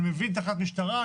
אני מבין תחנת משטרה,